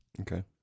Okay